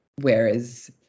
whereas